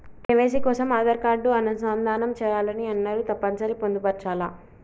KYC కోసం Aadhaar card అనుసంధానం చేయాలని అన్నరు తప్పని సరి పొందుపరచాలా?